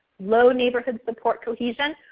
low neighborhood support cohesion.